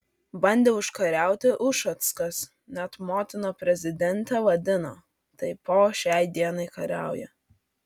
bandė užkariauti ušackas net motina prezidentę vadino tai po šiai dienai kariauja